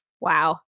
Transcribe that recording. Wow